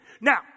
Now